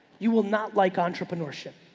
you will not like entrepreneurship.